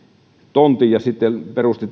tontin ja perusti